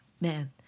Man